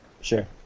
Sure